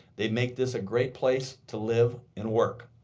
they make this a great place to live and work.